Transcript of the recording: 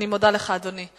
אני מודה לך, אדוני.